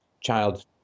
child